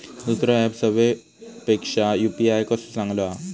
दुसरो ऍप सेवेपेक्षा यू.पी.आय कसो चांगलो हा?